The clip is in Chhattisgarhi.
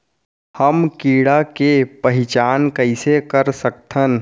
हम कीड़ा के पहिचान कईसे कर सकथन